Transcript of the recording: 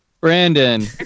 Brandon